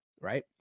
Right